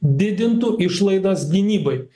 didintų išlaidas gynybai